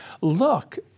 Look